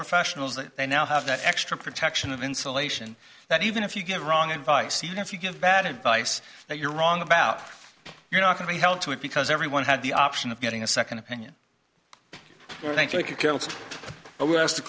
professionals that they now have that extra protection of insulation that even if you give wrong advice even if you give bad advice that you're wrong about you're not going to be held to it because everyone had the option of getting a second opinion thank you carol but we asked t